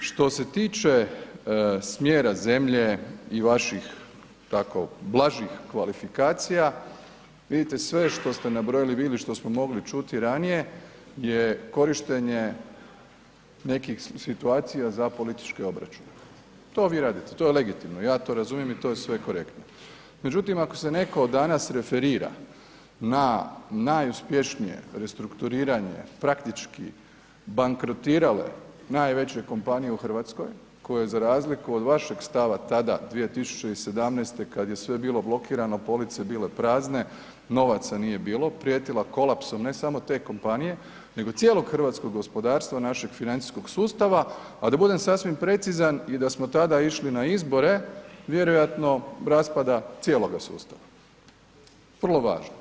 Što se tiče smjera zemlje i vaših tako blažih kvalifikacija vidite sve što ste nabrojali bili, što smo mogli čuti ranije je korištenje nekih situacija za političke obračune, to vi radite, to je legitimno, ja to razumijem i to je sve korektno međutim ako se netko danas referira na najuspješnije restrukturiranje praktički bankrotirale najveće kompanije u Hrvatskoj koje za razliku od vaše stava tada 2017. kad je sve bilo blokirano, police bile prazne, novaca nije bilo, prijetila kolapsom ne samo te kompanije nego cijelog hrvatskog gospodarstva našeg financijskog sustava a da budem sasvim precizan i da smo tada išli na izbore, vjerojatno raspada cijeloga sustava, vrlo važno.